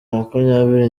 makumyabiri